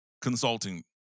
consulting